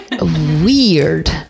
Weird